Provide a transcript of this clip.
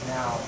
Now